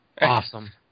Awesome